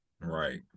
Right